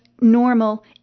normal